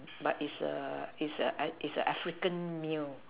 but is a is a is an African meal